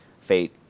Fate